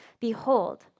Behold